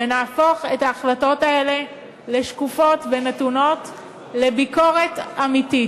ונהפוך את ההחלטות האלה לשקופות ונתונות לביקורת אמיתית.